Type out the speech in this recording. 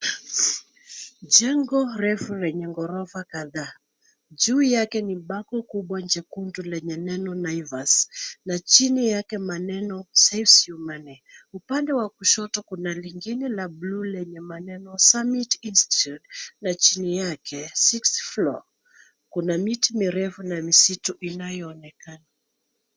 Jengo refu lenye ghorofa kadhaa. Juu yake ni bango kubwa jekundu lenye neno Naivas na chini yake maneno saves you money . Upande wa kushoto kuna lingine la blue lenye maneno Summit Institute na chini yake sixth floor . Kuna miti mirefu na misitu inayoonekana.